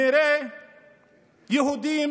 נראה יהודים